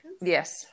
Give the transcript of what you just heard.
Yes